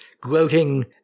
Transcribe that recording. gloating